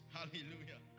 Hallelujah